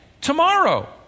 tomorrow